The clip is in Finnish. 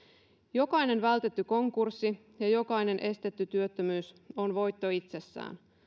jokainen vältetty konkurssi ja jokainen estetty työttömyys on voitto itsessään